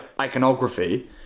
iconography